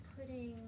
putting